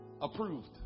approved